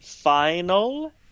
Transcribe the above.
final